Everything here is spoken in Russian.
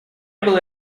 было